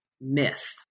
myth